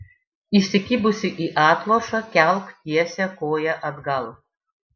įsikibusi į atlošą kelk tiesią koją atgal